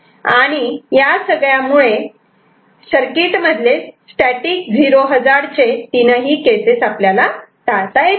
आणि या सगळ्यामुळे सर्किट मधले स्टॅटिक 0 हजार्ड चे तीनही केसेस टाळता येतात